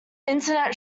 internet